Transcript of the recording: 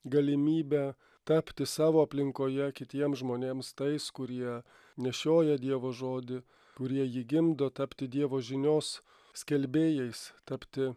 galimybę tapti savo aplinkoje kitiems žmonėms tais kurie nešioja dievo žodį kurie jį gimdo tapti dievo žinios skelbėjais tapti